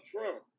Trump